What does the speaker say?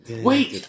Wait